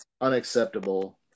unacceptable